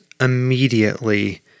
immediately